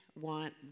want